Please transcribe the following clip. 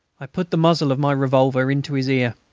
i put the muzzle of my revolver into his ear.